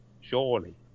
surely